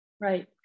Right